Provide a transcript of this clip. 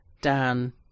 Dan